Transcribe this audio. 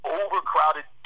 overcrowded